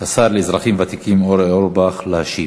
השר לאזרחים ותיקים אורי אורבך להשיב.